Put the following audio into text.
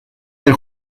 del